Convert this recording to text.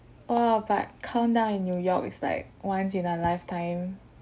oh but countdown down in new york is like once in a lifetime